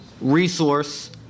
resource